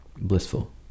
blissful